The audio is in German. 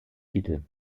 titel